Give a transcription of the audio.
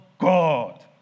God